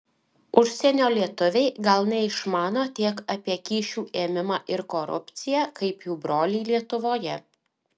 užsienio lietuviai gal neišmano tiek apie kyšių ėmimą ir korupciją kaip jų broliai lietuvoje